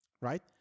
right